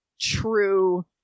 true